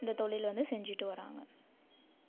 இந்த தொழில் வந்து செஞ்சிகிட்டு வராங்க